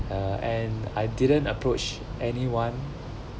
uh and I didn't approach anyone